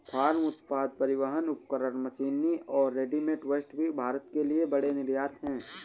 farm उत्पाद, परिवहन उपकरण, मशीनरी और रेडीमेड वस्त्र भी भारत के लिए बड़े निर्यात हैं